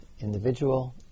individual